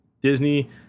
Disney